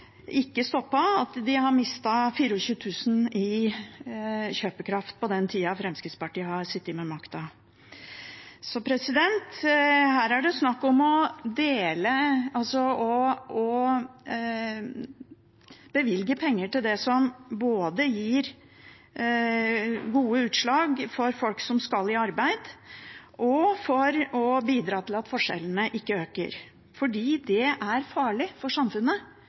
ikke stoppet – at de har mistet 24 000 kr i kjøpekraft på den tida Fremskrittspartiet har sittet med makten. Her er det snakk om å bevilge penger både til det som gir gode utslag for folk som skal i arbeid, og for å bidra til at forskjellene ikke øker – fordi det er farlig for samfunnet,